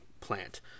plant